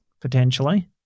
potentially